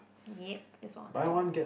yup that's want to do